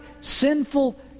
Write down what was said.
sinful